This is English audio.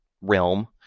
realm